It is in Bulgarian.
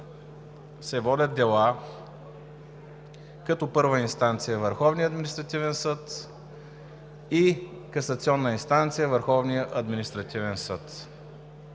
се водят дела като първа инстанция Върховния административен съд и касационна инстанция – Върховният административен съд.